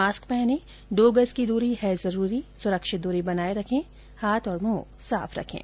mask पहनें दो गज की दूरी है जरूरी सुरक्षित दूरी बनाए रखें हाथ और मुंह साफ रखें